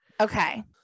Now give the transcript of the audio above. Okay